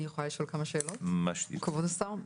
אני יכולה לשאול כמה שאלות, כבוד השר?